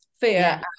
fear